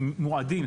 מועדים,